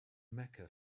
mecca